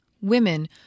Women